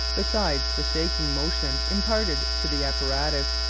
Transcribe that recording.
besides the shaking motion imparted to the apparatus,